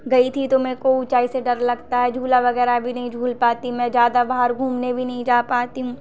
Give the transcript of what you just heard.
गई थी तो मुझको ऊँचाई से डर लगता है झूला वगैरह भी नहीं झूल पाती मैं ज़्यादा बाहर घूमने भी नहीं जा पाती